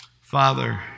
Father